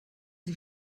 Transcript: sie